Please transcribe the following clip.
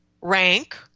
rank